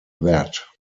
that